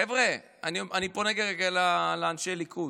חבר'ה, אני פונה כרגע לאנשי הליכוד,